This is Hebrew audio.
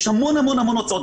יש המון הוצאות.